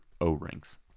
O-rings